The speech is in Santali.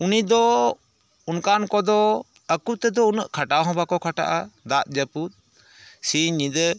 ᱩᱱᱤᱫᱚ ᱚᱱᱠᱟᱱ ᱠᱚᱫᱚ ᱟᱹᱠᱩᱛᱮᱫᱚ ᱩᱱᱟᱹᱜ ᱠᱷᱟᱴᱟᱣ ᱦᱚᱸ ᱵᱟᱠᱚ ᱠᱷᱟᱴᱟᱜᱼᱟ ᱫᱟᱜ ᱡᱟᱹᱯᱩᱫ ᱥᱤᱧ ᱧᱤᱫᱟᱹ